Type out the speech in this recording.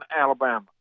Alabama